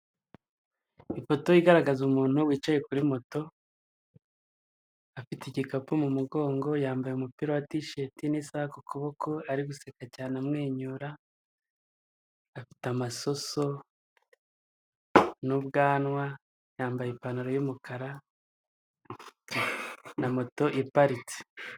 Ifota igaragaza umuntu wicaye kuri moto afite igikapu mu mugongo yambaye umupira wa tisheti n'isaaha ku kuboko ari guseka cyane amwenyura afite amasoso n'ubwanwa yambaye ipantalo y'umukara na moto iparitse.